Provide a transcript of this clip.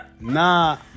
nah